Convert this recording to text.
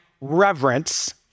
reverence